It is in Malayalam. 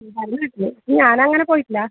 പറഞ്ഞ് കേട്ടിന് ഞാൻ അങ്ങനെ പോയിട്ടില്ല